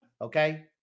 okay